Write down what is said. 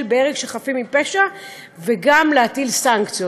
בהרג של חפים מפשע וגם להטיל סנקציות.